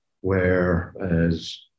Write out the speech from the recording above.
Whereas